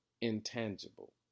intangible